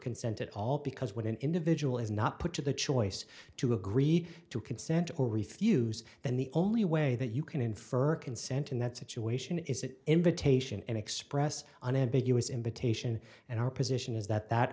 consent at all because when an individual is not put to the choice to agree to consent or refuse then the only way that you can infer consent in that situation is an invitation and express unambiguous invitation and our position is that that